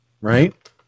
Right